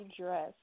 dress